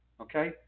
okay